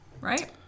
right